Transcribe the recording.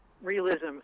realism